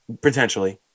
Potentially